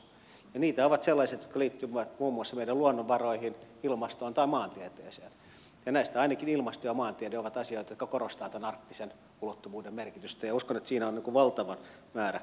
niitä ovat sellaiset jotka liittyvät muun muassa meidän luonnonvaroihin ilmastoon tai maantieteeseen ja näistä ainakin ilmasto ja maantiede ovat asioita jotka korostavat tämän arktisen ulottuvuuden merkitystä ja uskon että siinä on valtava määrä potentiaalia tälle kansakunnalle